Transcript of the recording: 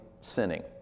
sinning